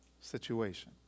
situation